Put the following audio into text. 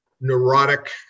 neurotic